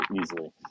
easily